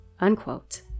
Unquote